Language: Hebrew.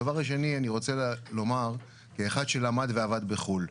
הדבר השני, אני רוצה לומר כאחד שלמד ועבד בחו"ל.